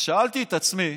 אז שאלתי את עצמי